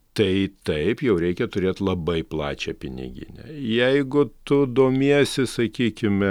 tai taip jau reikia turėt labai plačią piniginę jeigu tu domiesi sakykime